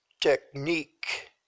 technique